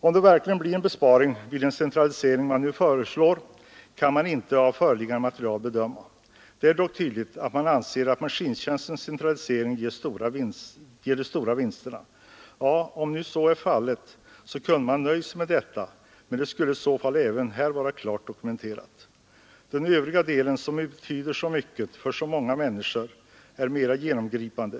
Om den centralisering som nu föreslås verkligen innebär en besparing kan man inte bedöma av föreliggande material. Det är dock tydligt att man anser att maskintjänstens centralisering ger de stora vinsterna. Ja, om nu det är fallet så kunde man ha nöjt sig därmed, men även det skulle iså fall klart ha dokumenterats. Den övriga delen, som betyder så mycket för så många människor, är mera genomgripande.